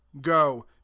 go